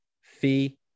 Fee